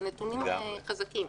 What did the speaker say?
אלה נתונים חזקים.